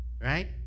Right